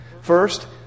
First